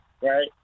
right